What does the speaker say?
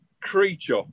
creature